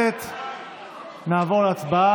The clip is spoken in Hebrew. אם בית המשפט